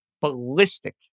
ballistic